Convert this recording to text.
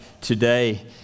today